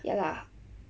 ya lah